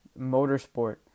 motorsport